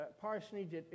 Parsonage